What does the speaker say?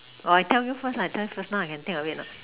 or I tell you first lah I tell you first now I can think of it or not